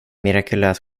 mirakulös